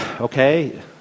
okay